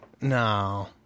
no